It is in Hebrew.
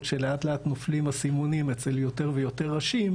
שלאט לאט נופלים אסימונים אצל יותר ראשים,